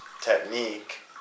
technique